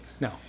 No